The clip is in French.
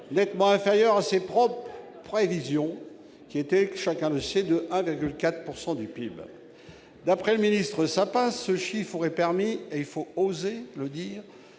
nettement inférieure à ses propres prévisions, lesquelles tablaient, chacun le sait, sur 1,4 % du PIB. D'après le ministre Sapin, ce chiffre aurait permis- il faut oser le dire